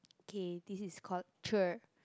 okay this is called cher